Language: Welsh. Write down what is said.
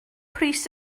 pris